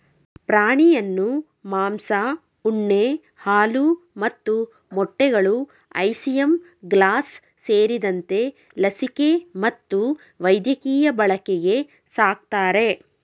ಪ್ರಾಣಿಯನ್ನು ಮಾಂಸ ಉಣ್ಣೆ ಹಾಲು ಮತ್ತು ಮೊಟ್ಟೆಗಳು ಐಸಿಂಗ್ಲಾಸ್ ಸೇರಿದಂತೆ ಲಸಿಕೆ ಮತ್ತು ವೈದ್ಯಕೀಯ ಬಳಕೆಗೆ ಸಾಕ್ತರೆ